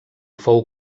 fou